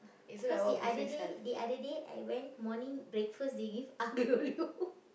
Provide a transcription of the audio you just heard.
cause the other day the other day I went morning breakfast they give aglio olio